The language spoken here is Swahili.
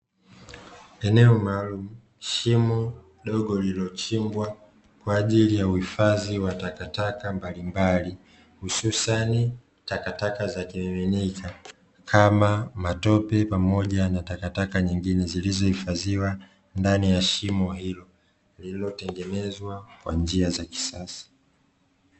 Eneo maalumu shimo dogo lililo chimbwa kwa ajili ya uhifadhi wa takataka mbalimbali hususani takataka za kimiminika kama vile, matope pamoja na takataka nyingine zilizohifadhiwa ndani ya shimo hilo lililo tengenezwa kwa njia za kisasa.